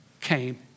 came